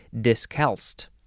Discalced